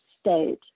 state